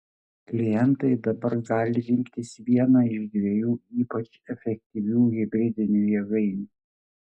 klientai dabar gali rinktis vieną iš dviejų ypač efektyvių hibridinių jėgainių